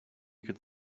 could